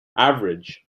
average